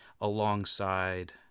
alongside